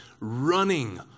running